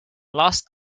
last